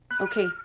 Okay